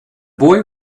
boy